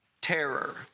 Terror